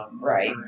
right